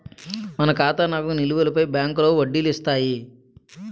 మన ఖాతా నగదు నిలువులపై బ్యాంకులో వడ్డీలు ఇస్తాయి